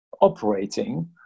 operating